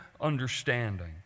understanding